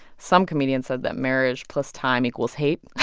some comedian said that marriage plus time equals hate,